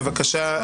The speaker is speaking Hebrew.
בבקשה,